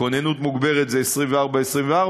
כוננות מוגברת זה 24 ו-24,